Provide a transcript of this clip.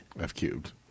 F-cubed